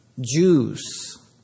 Jews